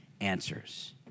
answers